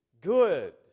good